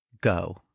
Go